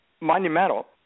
monumental